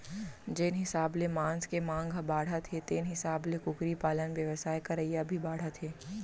जेन हिसाब ले मांस के मांग ह बाढ़त हे तेन हिसाब ले कुकरी पालन बेवसाय करइया भी बाढ़त हें